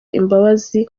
imbabazi